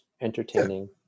entertaining